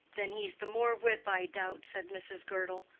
then he's the more whip, i doubt, said mrs. girdle.